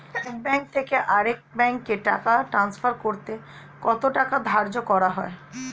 এক ব্যাংক থেকে আরেক ব্যাংকে টাকা টান্সফার করতে কত টাকা ধার্য করা হয়?